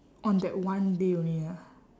on that one day only ah